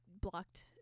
blocked